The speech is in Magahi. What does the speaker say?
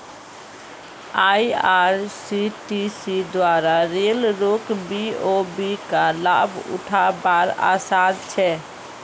आईआरसीटीसी द्वारा रेल लोक बी.ओ.बी का लाभ उठा वार आसान छे